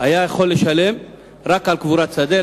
היה יכול לשלם רק על קבורת שדה.